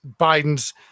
Biden's